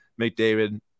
McDavid